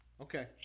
Okay